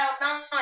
nine